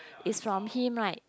is from him right